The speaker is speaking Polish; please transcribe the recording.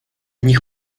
niech